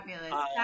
Fabulous